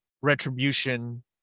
retribution